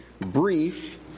brief